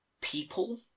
people